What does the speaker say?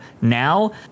Now